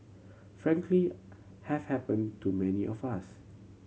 frankly have happen to many of us